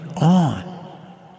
on